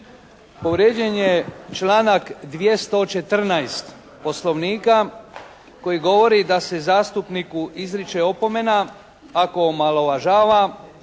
Povrijeđen je članak 214. Poslovnika koji govori da se zastupniku izriče opomena ako omalovažava,